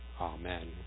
Amen